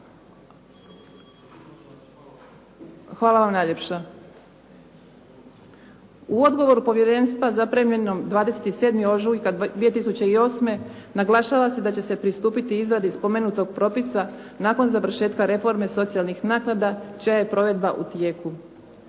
Hvala vam najljepša. U odgovoru povjerenstva zaprimljenom 27. ožujka 2008. naglašava se da će se pristupiti izradi spomenutog propisa nakon završetka reforme socijalnih naknada čija je provedba u tijeku.